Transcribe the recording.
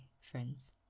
friends